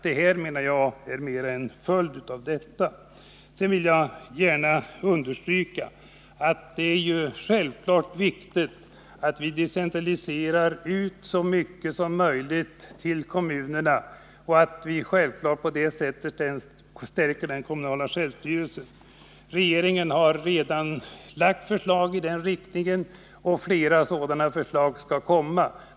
Jag menar att det här mera är en följd av detta. Jag vill också gärna understryka att det självfallet är viktigt att vi decentraliserar ut så mycket som möjligt till kommunerna och att vi på det sättet stärker den kommunala självstyrelsen. Regeringen har redan lagt fram förslag i den riktningen, och flera sådana förslag kommer.